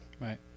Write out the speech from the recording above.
Right